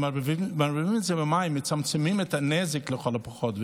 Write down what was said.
אם מערבבים את זה במים מצמצמים את הנזק לכל פחות,